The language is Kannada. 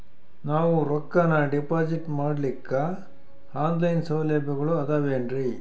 ನಾವು ರೊಕ್ಕನಾ ಡಿಪಾಜಿಟ್ ಮಾಡ್ಲಿಕ್ಕ ಆನ್ ಲೈನ್ ಸೌಲಭ್ಯಗಳು ಆದಾವೇನ್ರಿ?